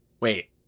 Wait